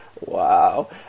Wow